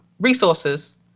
resources